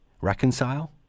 reconcile